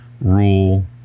rule